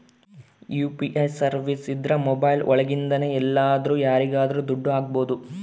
UPI services ಇದ್ರ mobile ಒಳಗಿಂದನೆ ಎಲ್ಲಾದ್ರೂ ಯಾರಿಗಾದ್ರೂ ದುಡ್ಡು ಹಕ್ಬೋದು